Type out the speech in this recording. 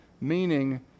meaning